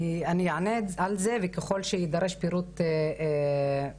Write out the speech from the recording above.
אני אענה על זה וככל שידרש פירוט יותר